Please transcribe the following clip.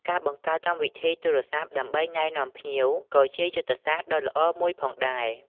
ការបង្កើតកម្មវិធីទូរស័ព្ទដើម្បីណែនាំភ្ញៀវក៏ជាយុទ្ធសាស្ត្រដ៏ល្អមួយផងដែរ។